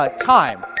ah time.